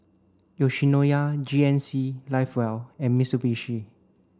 Yoshinoya G N C live well and Mitsubishi